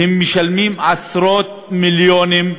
והם משלמים עשרות מיליונים בשנה.